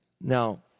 Now